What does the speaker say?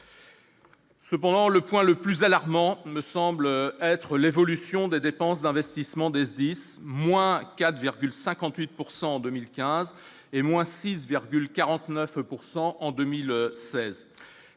cependant le point le plus alarmant, me semble être l'évolution des dépenses d'investissement des SDIS, moins 4,58 pourcent en 2015 et moins 6,49 pourcent